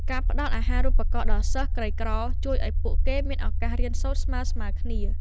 ការផ្ដល់អាហារូបករណ៍ដល់សិស្សក្រីក្រជួយឱ្យពួកគេមានឱកាសរៀនសូត្រស្មើៗគ្នា។